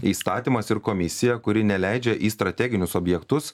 įstatymas ir komisija kuri neleidžia į strateginius objektus